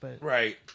Right